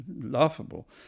laughable